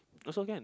also can